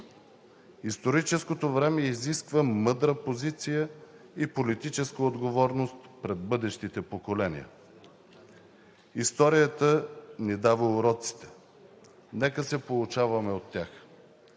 Историческото време изисква мъдра позиция и политическа отговорност пред бъдещите поколения. Историята ни дава уроците – нека се поучаваме от тях,